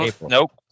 Nope